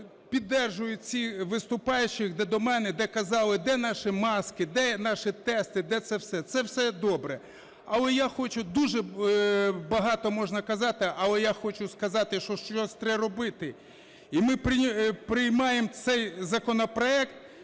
Я піддержую виступаючих до мене, де казали, де наші маски, де наші тести, де це все. Це все добре. Але я хочу, дуже багато можна казати, але я хочу сказати, що щось треба робити. І ми приймаємо цей законопроект,